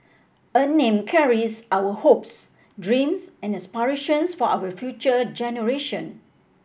a name carries our hopes dreams and aspirations for our future generation